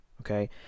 okay